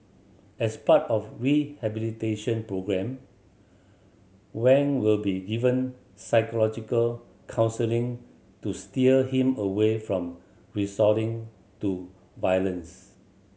as part of rehabilitation programme Wang will be given psychological counselling to steer him away from resorting to violence